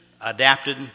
adapted